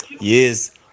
Yes